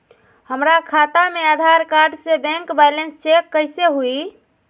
हमरा खाता में आधार कार्ड से बैंक बैलेंस चेक कैसे हुई?